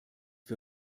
wir